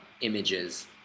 images